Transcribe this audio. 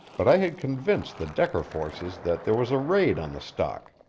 but i had convinced the decker forces that there was a raid on the stock,